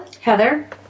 Heather